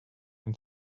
and